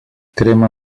crema